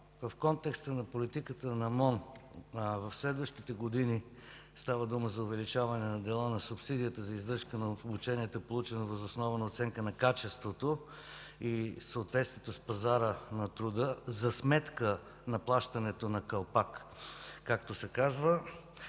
В контекста на политиката на МОН в следващите години става дума за увеличаване дела на субсидията за издръжка на обучението, получено въз основа оценка на качеството и в съответствие с пазара на труда за сметка на плащането на калпак, както се казва,